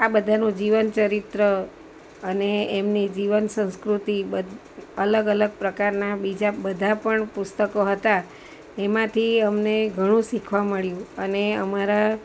આ બધાનું જીવનચરિત્ર અને એમની જીવન સંસ્કૃતિ બધ અલગ અલગ પ્રકારના બીજા બધા પણ પુસ્તકો હતા એમાંથી અમને ઘણું શીખવા મળ્યું અને અમારા